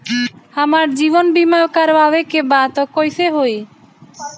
हमार जीवन बीमा करवावे के बा त कैसे होई?